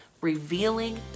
revealing